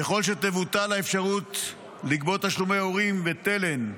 ככל שתבוטל האפשרות לגבות תשלומי הורים ותֶלֶ"ן,